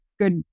good